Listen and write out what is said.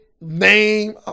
name